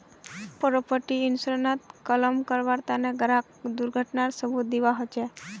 property इन्शुरन्सत claim करबार तने ग्राहकक दुर्घटनार सबूत दीबा ह छेक